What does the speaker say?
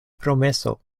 promeso